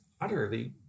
utterly